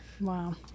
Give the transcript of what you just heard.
wow